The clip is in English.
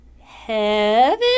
heaven